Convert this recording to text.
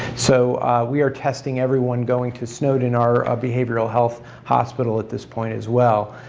so we are testing everyone going to snowden our behavioral health hospital at this point as well.